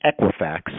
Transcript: Equifax